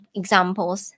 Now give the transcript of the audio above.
examples